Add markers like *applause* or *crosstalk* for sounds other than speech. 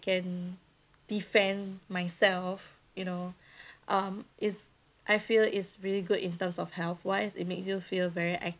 can defend myself you know *breath* um is I feel is really good in terms of health wise it makes you feel very